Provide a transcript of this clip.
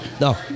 No